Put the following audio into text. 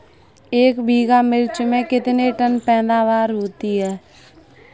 एक बीघा मिर्च में कितने टन पैदावार होती है?